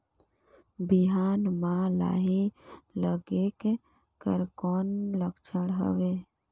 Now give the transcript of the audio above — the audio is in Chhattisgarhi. बिहान म लाही लगेक कर कौन लक्षण हवे?